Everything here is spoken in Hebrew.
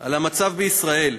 על המצב בישראל: